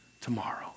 tomorrow